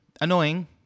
Annoying